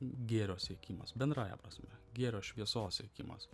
gėrio siekimas bendrąja prasme gėrio šviesos siekimas